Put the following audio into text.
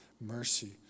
mercy